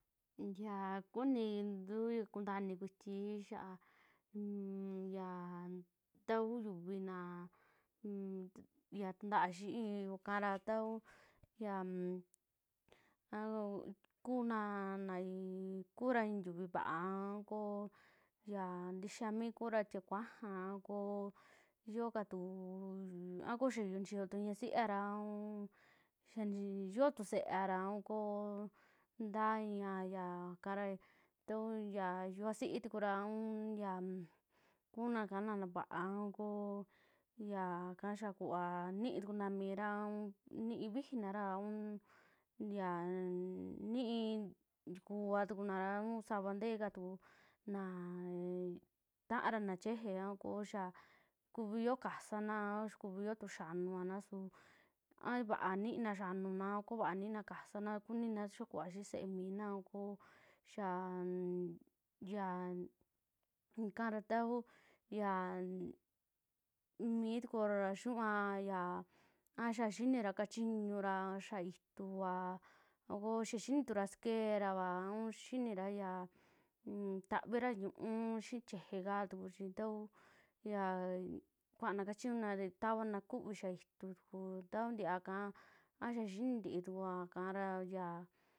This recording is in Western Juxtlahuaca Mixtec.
Yaa kunintun kuntaa inikuiti xiaa nnmya ta uu xiuvi. naa unt tuntaa kiyuu kara tauu xian aa kunaa naa kuraa i'i yuvii vaa aa koo yan ntiya mikura tie kuaaja akoo xioo ka tuu, akoo xaa nixio tu ñaa si'iara, un xaa xio tu seeara aun koo ntaa i'a kara ta'uu yaa yuvasi'i tukura aun yan kunakana vaara a koo yaka xaa kuvaa nniitukuna mira, un ni'i vijiinara, aun yaa nii ntikuva tikunara un sava nte'e ka tuku naa taara na chieje a koo xia kuvi yoo kasanaa a yaa kuvi yootu xianuna, suu a vaa niina xianuna a koo vaa niina kasana, kunina xaa kuvaa xii see mina a koo xiaann ya ikara tauu xiin mitukura xinuua ya a xaa kinara kachiñura xia'a ituuva a koo xia xinitura sekeera, a un xinitura xinira ya taavira ñu'ú xii chieje katuchi tau yaa kuaana kachiñuna ra tavana kuuvi xiia iitu tuku taun tiaka a xaa xini ntii tukuaka raaya.